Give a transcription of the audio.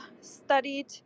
studied